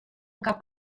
cap